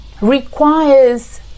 requires